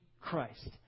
Christ